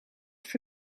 for